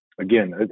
again